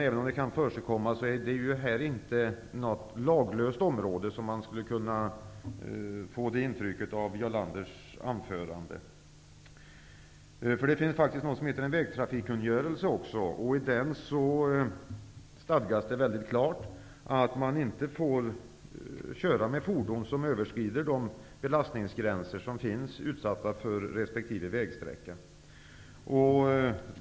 Även om de kan förekomma är detta ju inte något laglöst område, vilket man kunde få intryck av när man hörde Jarl Det finns faktiskt en vägtrafikkungörelse också. I den stadgas det mycket klart att man inte får köra med fordon som överskrider de belastningsgränser som finns utsatta för resp. vägsträcka.